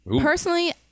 Personally